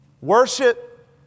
Worship